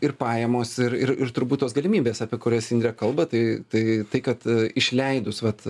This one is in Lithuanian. ir pajamos ir ir ir turbūt tos galimybės apie kurias indrė kalba tai tai tai kad išleidus vat